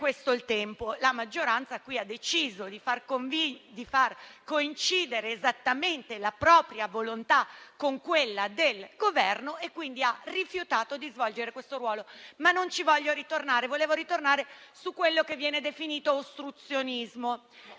questo il tempo. La maggioranza qui ha deciso di far coincidere esattamente la propria volontà con quella del Governo e quindi ha rifiutato di svolgere questo ruolo. Voglio, però, ritornare su quello che viene definito ostruzionismo,